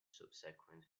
subsequent